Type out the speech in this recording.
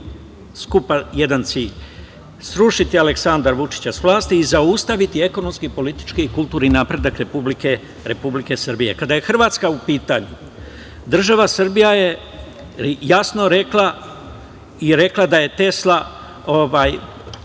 skupa jedan cilj. Srušiti Aleksandra Vučića sa vlasti i zaustaviti ekonomski, politički i kulturni napredak Republike Srbije. Kada je Hrvatska u pitanju, država Srbija je jasno rekla i rekla da je Tesla,